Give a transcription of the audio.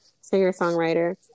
singer-songwriter